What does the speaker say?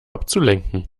abzulenken